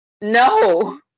No